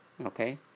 okay